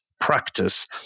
practice